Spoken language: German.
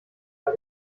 bei